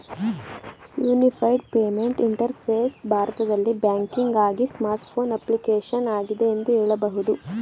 unified payment interface ಭಾರತದಲ್ಲಿ ಬ್ಯಾಂಕಿಂಗ್ಆಗಿ smart phone application ಆಗಿದೆ ಎಂದು ಹೇಳಬಹುದು